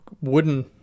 wooden